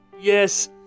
Yes